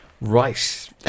Right